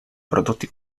prodotti